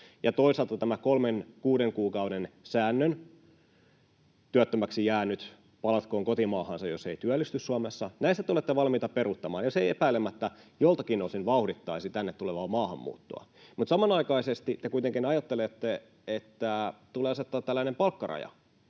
toisaalta tämän kolmen—kuuden kuukauden säännön, eli että työttömäksi jäänyt palatkoon kotimaahansa, jos ei työllisty Suomessa — näistä te olette valmiita peruuttamaan, ja se epäilemättä joiltakin osin vauhdittaisi tänne tulevaa maahanmuuttoa — mutta samanaikaisesti te kuitenkin ajattelette, että tulee asettaa tällainen palkkaraja,